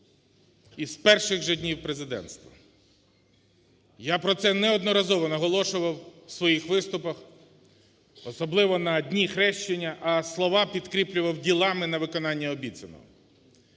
з перших же днів президентства. Я про це неодноразово наголошував в своїх виступах, особливо на дні Хрещення, а слова підкріплював ділами на виконання обіцянок.